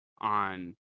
on